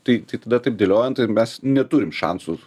tai tai tada taip dėliojant tai mes neturim šansų